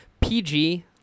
PG